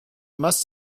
must